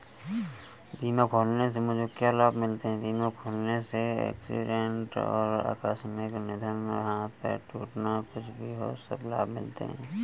बीमा खोलने के लिए मुझे क्या लाभ मिलते हैं?